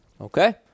Okay